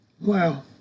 Wow